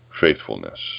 Faithfulness